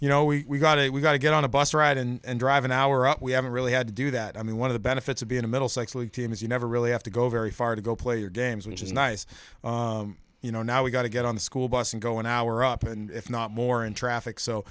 you know we got a we got to get on a bus ride and drive an hour up we haven't really had to do that i mean one of the benefits of being a middlesex league team is you never really have to go very far to go play your games which is nice you know now we got to get on the school bus and go in our up and if not more in traffic so